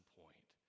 point